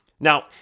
Now